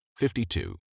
52